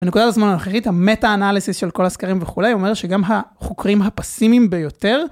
בנקודת הזמן האחרית המטה אנליסיס של כל הסקרים וכולי, אומר שגם החוקרים הפסימים ביותר.